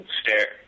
stare